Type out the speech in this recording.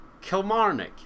Kilmarnock